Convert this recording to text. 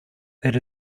that